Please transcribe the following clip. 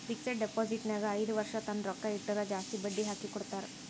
fixed deposit ನಾಗ್ ಐಯ್ದ ವರ್ಷ ತನ್ನ ರೊಕ್ಕಾ ಇಟ್ಟುರ್ ಜಾಸ್ತಿ ಬಡ್ಡಿ ಹಾಕಿ ಕೊಡ್ತಾರ್